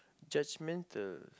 judgemental